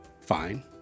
fine